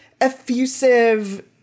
effusive